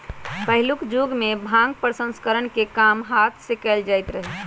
पहिलुक जुगमें भांग प्रसंस्करण के काम हात से कएल जाइत रहै